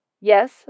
Yes